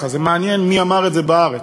זה מעניין מי אמר את זה בארץ,